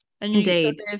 Indeed